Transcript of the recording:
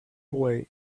boy